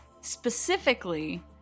Specifically